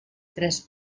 tres